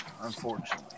Unfortunately